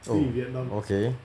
oh okay